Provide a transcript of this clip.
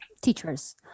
teachers